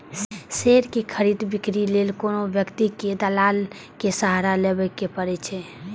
share के खरीद, बिक्री लेल कोनो व्यक्ति कें दलालक सहारा लेबैए पड़ै छै